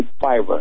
fiber